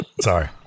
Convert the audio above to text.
Sorry